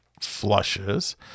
flushes